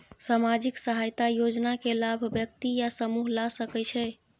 सामाजिक सहायता योजना के लाभ व्यक्ति या समूह ला सकै छै?